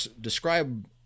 Describe